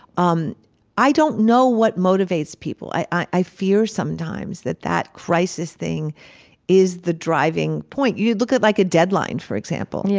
um i don't know what motivates people. i i fear sometimes that that crisis thing is the driving point. you look at it like a deadline, for example, yeah